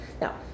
Now